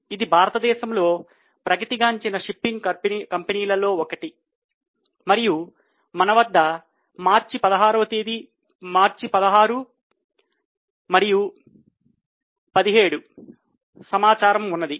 ఇది భారతదేశంలో ప్రగతి సాధించిన షిప్పింగ్ కంపెనీలలో ఒకటి మరియు మన వద్ద మార్చి 16వ తేదీ మరియు 17వ తేదీ సమాచారము ఉన్నది